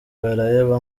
baraheba